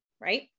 right